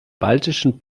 baltischen